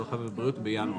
הרווחה והבריאות בינואר.